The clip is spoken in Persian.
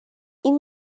این